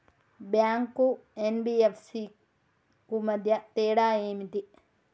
Bank కు NBFC కు మధ్య తేడా ఏమిటి?